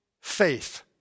faith